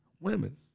women